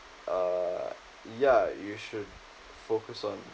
uh ya you should focus on